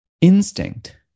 instinct